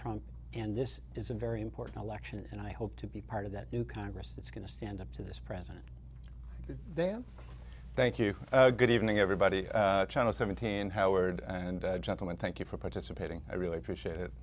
trump and this is a very important election and i hope to be part of that new congress that's going to stand up to this president then thank you good evening everybody channel seventeen howard and gentlemen thank you for participating i really appreciate it